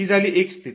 ही झाली एक स्थिती